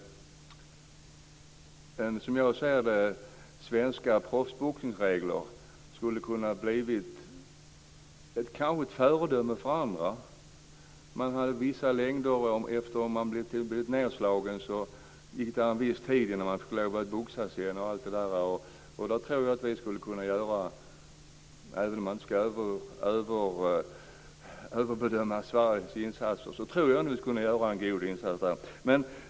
Som jag ser det skulle svenska proffsboxningsregler kanske ha kunnat bli ett föredöme för andra. Man kunde t.ex. ha regler om att om man hade blivit nedslagen så fick det ta viss tid innan man fick lov att boxas igen. Där tror jag att vi skulle kunna göra en god insats - även om man inte ska överskatta Sveriges insatser.